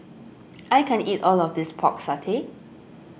I can't eat all of this Pork Satay